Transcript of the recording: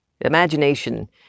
Imagination